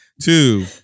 Two